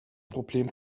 problem